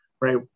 right